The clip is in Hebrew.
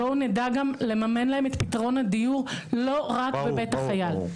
בואו נדע גם לממן להם את פתרון הדיור לא רק בבית החייל.